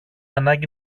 ανάγκη